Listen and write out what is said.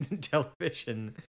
television